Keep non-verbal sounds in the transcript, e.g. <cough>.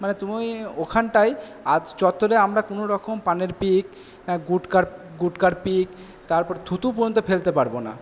মানে তুমি ওখানটায় <unintelligible> চত্বরে আমরা কোনো রকম পানের পিক গুটকার গুটকার পিক তারপর থুতু পর্যন্ত ফেলতে পারবো না